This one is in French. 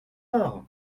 bord